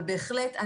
אבל בהחלט,